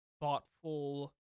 thoughtful